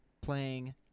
playing